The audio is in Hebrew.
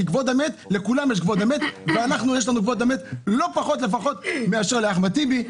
כי לכולם יש כבוד המת ולנו יש כבוד המת לא פחות מאשר לאחמד טיבי,